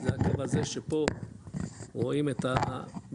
זה הקו הזה שפה רואים את הבעצם,